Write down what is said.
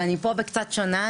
ואני פה קצת שונה.